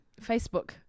Facebook